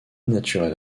naturel